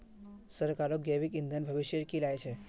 सरकारक जैविक ईंधन भविष्येर की राय छ